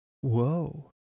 Whoa